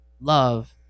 Love